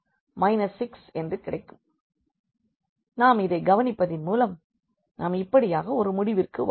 எனவே நாம் இதை கவனிப்பதின் மூலம் நாம் இப்படியாக ஒரு முடிவிற்கு வரலாம்